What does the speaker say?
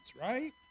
right